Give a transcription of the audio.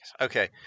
Okay